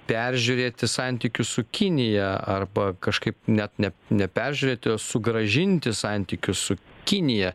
peržiūrėti santykius su kinija arba kažkaip net ne ne peržiūrėti o sugrąžinti santykius su kinija